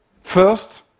First